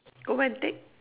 go where and take